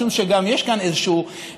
משום שיש כאן איזה כישלון,